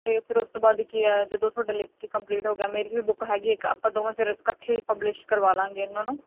ਅਤੇ ਫਿਰ ਉਸ ਤੋਂ ਬਾਅਦ ਕੀ ਆ ਜਦੋਂ ਤੁਹਾਡਾ ਲਿਖ ਕੇ ਕੰਪਲੀਟ ਹੋ ਗਿਆ ਮੇਰੀ ਵੀ ਬੁੱਕ ਹੈਗੀ ਇੱਕ ਆਪਾਂ ਦੋਵੇਂ ਫਿਰ ਇਕੱਠੇ ਹੀ ਪਬਲਿਸ਼ ਕਰਵਾ ਲਾਂਗੇ ਇਹਨਾਂ ਨੂੰ